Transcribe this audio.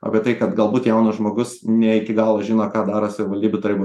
apie tai kad galbūt jaunas žmogus ne iki galo žino ką daro savivaldybių tarybų